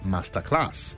Masterclass